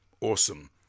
awesome